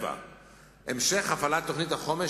7. המשך הפעלת תוכנית החומש,